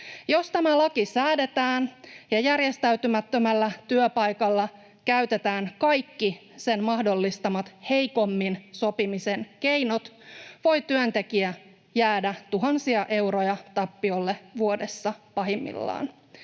Jos tämä laki säädetään ja järjestäytymättömällä työpaikalla käytetään kaikki sen mahdollistamat heikommin sopimisen keinot, voi työntekijä jäädä pahimmillaan tuhansia euroja tappiolle vuodessa. Sanotaan